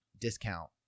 discount